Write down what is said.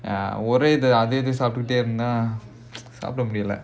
ya ஒரே இது அது சாப்பிட்டு இருந்தா சாப்பிட முடியாது:orae idhu adhu saapttu irunthaa saappida mudiyaathu